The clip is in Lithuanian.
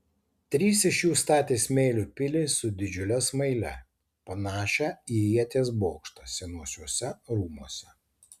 trys iš jų statė smėlio pilį su didžiule smaile panašią į ieties bokštą senuosiuose rūmuose